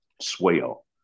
swale